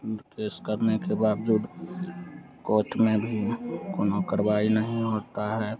तो केस करने के बाद जो कोट में भी कोनो करवाई नहीं होती है